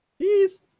peace